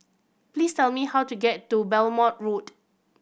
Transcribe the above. please tell me how to get to Belmont Road